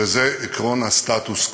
וזה עקרון הסטטוס-קוו.